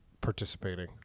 participating